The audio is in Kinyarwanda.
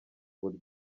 buryo